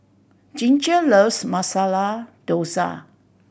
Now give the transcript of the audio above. Ginger loves Masala Dosa